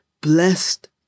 blessed